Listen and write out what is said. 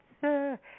sir